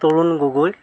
Tarun Gogoi